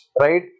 right